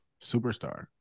Superstar